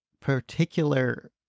particular